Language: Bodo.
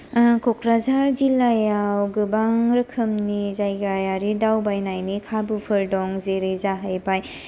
क'क्राझार जिल्लायाव गोबां रोखोमनि जायगायारि दावबायनायनि खाबुफोर दं जेरै जाहैबाय